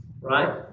right